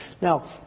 Now